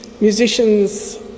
musicians